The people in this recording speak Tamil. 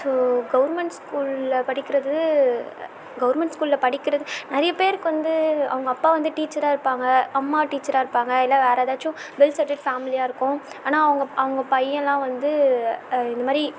ஸோ கவர்மெண்ட் ஸ்கூலில் படிக்கிறது கவர்மெண்ட் ஸ்கூலில் படிக்கிறது நிறைய பேருக்கு வந்து அவங்க அப்பா வந்து டீச்சராக இருப்பாங்க அம்மா டீச்சராக இருப்பாங்க இல்லை வேறு எதாச்சும் வெல் செட்டில் ஃபேமிலியாக இருக்கும் ஆனால் அவங்க அவங்க பையன் எல்லாம் வந்து இந்தமாதிரி